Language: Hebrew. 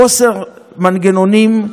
חוסר מנגנונים,